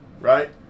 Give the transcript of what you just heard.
Right